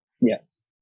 yes